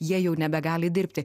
jie jau nebegali dirbti